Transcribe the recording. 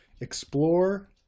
explore